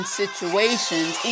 situations